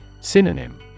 synonym